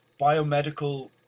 biomedical